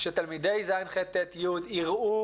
שתלמידי הכיתות האלה יראו